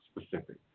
specific